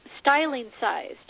styling-sized